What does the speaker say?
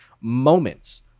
moments